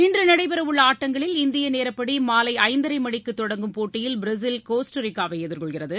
இன்று நடைபெறவுள்ள ஆட்டங்களில் இந்திய நேரப்படி மாலை ஐந்தரை மணிக்கு தொடங்கும் போட்டியில் பிரேசில் கோஸ்டாரிக்காவை எதிர்கொள்கிறது